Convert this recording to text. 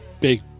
big